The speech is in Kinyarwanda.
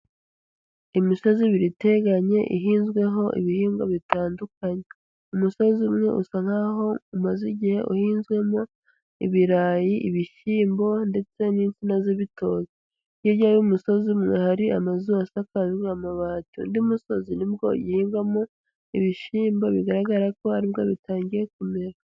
Imisozi ibiri iteganye, ihinzweho ibihingwa bitandukanye. Umusozi umwe usa nkaho umaze igihe uhinzwemo ibirayi, ibishyimbo ndetse n'insina z'ibitoki. Hirya uy'umusozi umwe, hari amazu asakaje amabati. Undi musozi nibwo ugihingwamo ibishyimbo bigaragara ko ari bwo bitangiye kumera.